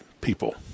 people